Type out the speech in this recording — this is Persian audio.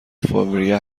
فوریه